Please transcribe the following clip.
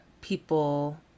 people